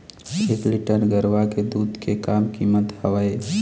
एक लीटर गरवा के दूध के का कीमत हवए?